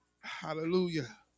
Hallelujah